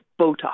Botox